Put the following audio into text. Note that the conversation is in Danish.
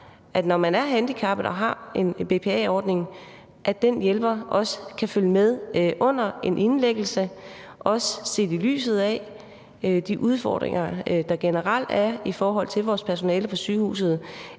at når man er handicappet og har en BPA-ordning, så kan ens hjælper også følge med under en indlæggelse – også set i lyset af de udfordringer, der generelt er i forhold til vores personale på sygehuset,